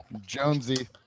Jonesy